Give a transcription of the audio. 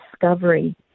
discovery